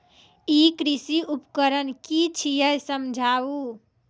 ई कृषि उपकरण कि छियै समझाऊ?